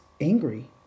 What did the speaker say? angry